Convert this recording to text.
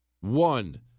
One-